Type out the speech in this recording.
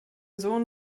sohn